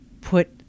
put